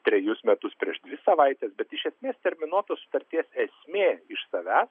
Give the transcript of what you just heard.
trejus metus prieš dvi savaites bet iš esmės terminuotos sutarties esmė iš savęs